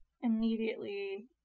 immediately